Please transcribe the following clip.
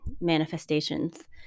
manifestations